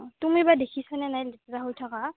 অঁ তুমি বা দেখিছা নে নাই লেতেৰা হৈ থকা